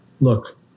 Look